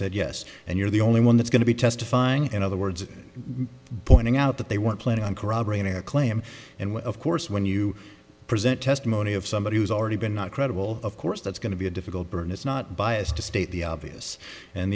said yes and you're the only one that's going to be testifying in other words pointing out that they weren't planning on corroborating a claim and when of course when you present testimony of somebody who's already been not credible of course that's going to be a difficult burden it's not biased to state the obvious and